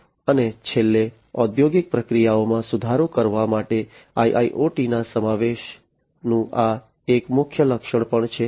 અને છેલ્લે ઔદ્યોગિક પ્રક્રિયાઓમાં સુધારો કરવા માટે આઈઆઈઓટીના સમાવેશનું આ એક મુખ્ય લક્ષણ પણ છે